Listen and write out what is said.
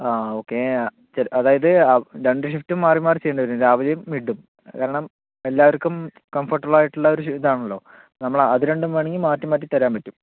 ആ ഓക്കെ അതായത് രണ്ടു ഷിഫ്റ്റും മാറി മാറി ചെയ്യേണ്ടി വരും രാവിലെയും വൈകീട്ടും കാരണം എല്ലാവർക്കും കംഫർട്ടബിൾ ആയിട്ടുള്ള ഒരു ഇതാണല്ലോ നമ്മൾ അത് രണ്ടും വേണമെങ്കിൽ മാറ്റി മാറ്റി തരാൻ പറ്റും